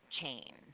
chain